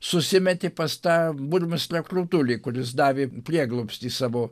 susimetė pas tą burmistrą krutulį kuris davė prieglobstį savo